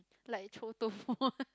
like 臭豆腐